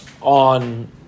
on